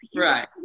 Right